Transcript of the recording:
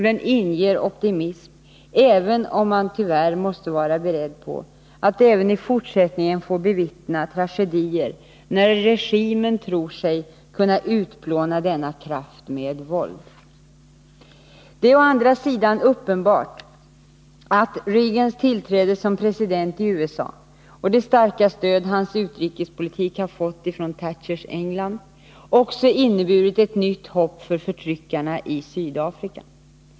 Den inger optimism, även om man tyvärr måste vara beredd på att även i fortsättningen få bevittna tragedier, när regimen tror sig kunna utplåna denna kraft med våld. Det är å andra sidan uppenbart att Reagans tillträde som president i USA och det starka stöd hans utrikespolitik fått av Thatchers England också inneburit nytt hopp för förtryckarna i Sydafrika.